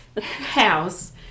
house